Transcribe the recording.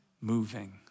moving